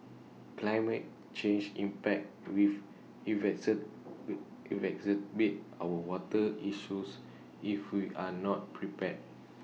climate change impact wave our water issues if we are not prepared